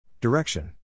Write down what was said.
Direction